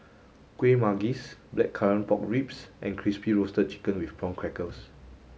kueh manggis blackcurrant pork ribs and crispy roasted chicken with prawn crackers